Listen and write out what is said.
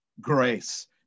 grace